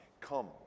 Come